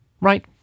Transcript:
Right